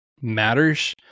matters